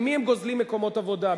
ממי הם גוזלים מקומות עבודה,